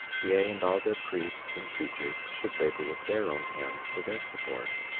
yea, and all their priests and teachers should labor with their own hands for their support,